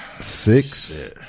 six